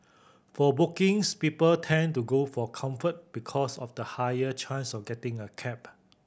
for bookings people tend to go for Comfort because of the higher chance of getting a cab